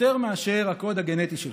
יותר מאשר הקוד הגנטי שלך.